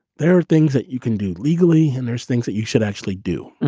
there are things that you can do legally and there's things that you should actually do.